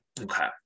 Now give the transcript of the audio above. Okay